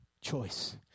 choice